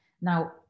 Now